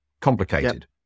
complicated